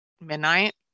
midnight